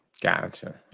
Gotcha